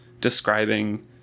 describing